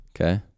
Okay